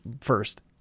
first